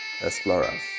explorers